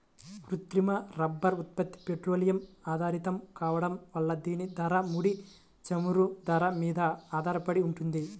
కృత్రిమ రబ్బరు ఉత్పత్తి పెట్రోలియం ఆధారితం కావడం వల్ల దీని ధర, ముడి చమురు ధర మీద ఆధారపడి ఉంటుంది